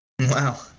Wow